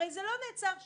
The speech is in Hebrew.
זה לא נעצר שם.